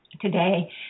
today